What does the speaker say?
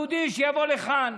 יהודי שיבוא לכאן,